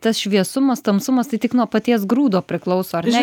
tas šviesumas tamsumas tai tik nuo paties grūdo priklauso ar ne